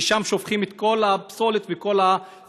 ששם שופכים את כל הפסולת וכל הזבל,